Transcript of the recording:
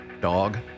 Dog